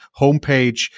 homepage